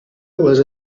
les